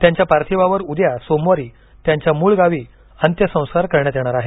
त्यांच्या पार्थिवावर उद्या सोमवारी त्यांच्या मूळगावी अंत्यसंस्कार करण्यात येणार आहेत